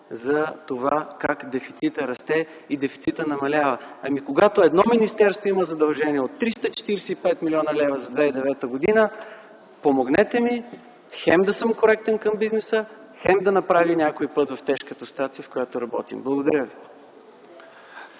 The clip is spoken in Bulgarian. за това – как дефицитът расте и дефицитът намалява. Когато едно министерство има задължения от 345 млн. лв. за 2009 г., помогнете ми, хем да съм коректен към бизнеса, хем да направим някой път в тежката ситуация, в която работим. Благодаря.